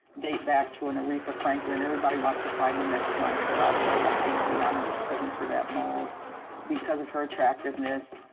date back to an aretha franklin. everybody wants to find the next one. so right away, i think rihanna was put into that mold because of her attractiveness,